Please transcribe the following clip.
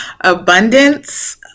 abundance